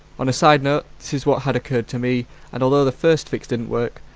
on a side note, this is what had occurred to me and although the first fix didn't work,